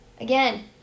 Again